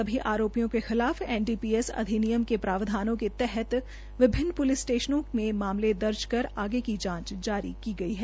सभी आरोपियों को खिलाफ एनडीपीएस अंधिनियम के प्रावधानों के तहत विभिन्न पुलिस स्टशनों में मामले दर्ज कर आगे की जांच की जा रही है